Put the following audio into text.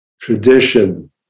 tradition